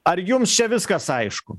ar jums čia viskas aišku